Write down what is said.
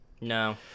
No